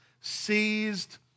seized